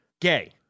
Gay